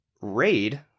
RAID